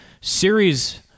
series